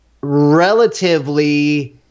relatively